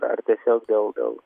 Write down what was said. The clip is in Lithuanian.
ar tiesiog dėl dėl